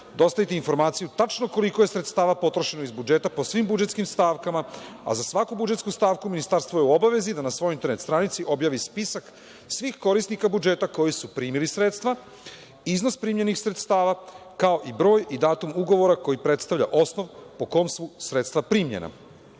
dostaviti informaciju tačno koliko je sredstava potrošeno iz budžeta po svim budžetskim stavkama, a za svaku budžetsku stavku Ministarstvo je u obavezi da na svojoj internet stranici objavi spisak svih korisnika budžeta koji su primili sredstva, iznos primljenih sredstava, kao i broj i datum ugovora koji predstavlja osnov po kom su sredstva primljena. Dakle,